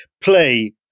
play